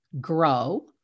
grow